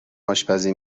آشپزی